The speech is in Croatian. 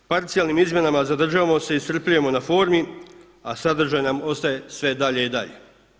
Parcijalnim izmjenama zadržavamo se iscrpljujemo na formi, a sadržaj nam ostaje sve dalje i dalje.